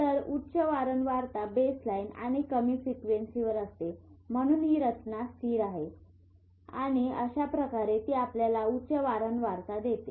तर उच्च वारंवारता बेस लाइन आणि कमी फ्रिक्वेन्सीवर असते म्हणून ही रचना स्थिर आहे आणि अशा प्रकारे ती आपल्याला उच्च वारंवारता देते